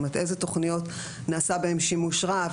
זאת אומרת איזה תוכניות נעשה בהן שימוש רב,